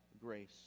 grace